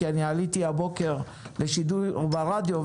כי אני עליתי הבוקר לשידור ברדיו,